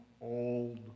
old